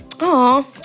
Aw